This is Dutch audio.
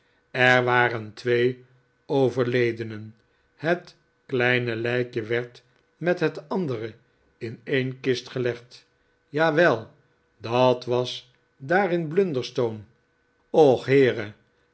er waren twee overledenen het kleine lijkje werd met het andere in een kist gelegd jawel dat was daar in blunderstone och heere